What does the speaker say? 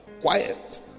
quiet